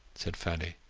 said fanny.